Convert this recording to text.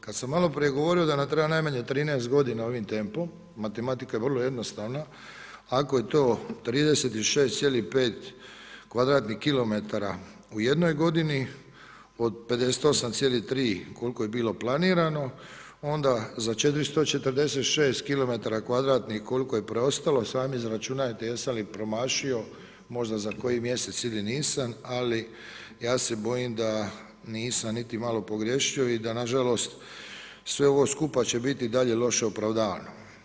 Kad sam maloprije govorio da nam treba najmanje 13 godina ovim tempom, matematika je vrlo jednostavna, ako je to 36,5 kvadratnih kilometara u jednoj godini, od 58,3 koliko je bilo planirano, onda za 446 kilometara kvadratnih koliko je preostalo, sami izračunajte jesam li promašio možda za koji mjesec ili nisam, ali ja se bojim da nisam niti malo pogriješio i da nažalost, sve ovo skuša će biti i dalje loše opravdavano.